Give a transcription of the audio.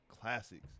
classics